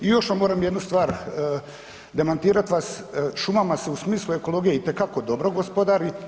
I još moram jednu stvar demantirat vas, šumama se u smislu ekologije itekako dobro gospodari.